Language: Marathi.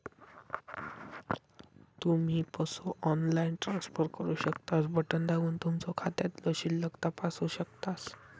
तुम्ही पसो ऑनलाईन ट्रान्सफर करू शकतास, बटण दाबून तुमचो खात्यातलो शिल्लक तपासू शकतास